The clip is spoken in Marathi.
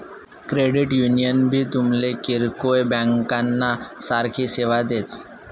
क्रेडिट युनियन भी तुमले किरकोय ब्यांकना सारखी सेवा देस